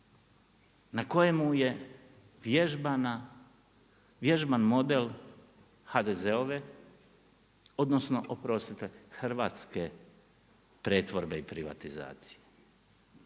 na kojemu je vježban model HDZ-ove, odnosno oprostite hrvatske pretvorbe i privatizacije.